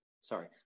Sorry